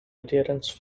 adherence